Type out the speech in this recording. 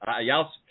Y'all